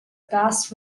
bas